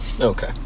Okay